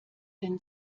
den